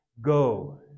go